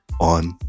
on